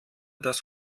das